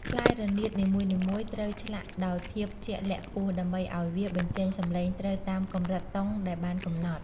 ផ្លែរនាតនីមួយៗត្រូវឆ្លាក់ដោយភាពជាក់លាក់ខ្ពស់ ដើម្បីឲ្យវាបញ្ចេញសម្លេងត្រូវតាមកម្រិតតុងដែលបានកំណត់។